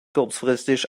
kurzfristig